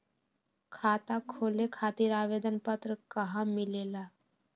खाता खोले खातीर आवेदन पत्र कहा मिलेला?